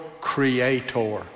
creator